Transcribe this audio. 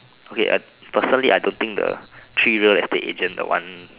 okay personally I don't think the three wheel estate agent the one